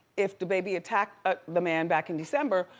if dababy attacked ah the man back in december?